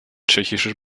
tschechische